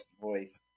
voice